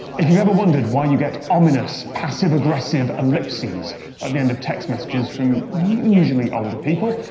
if you've ever wondered why you get ominous, passive-aggressive, ellipses at the end of text messages from usually-older people,